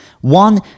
One